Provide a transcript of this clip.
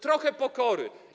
Trochę pokory.